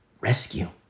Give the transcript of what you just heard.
Rescue